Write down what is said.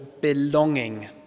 belonging